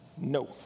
No